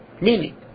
meaning